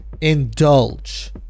indulge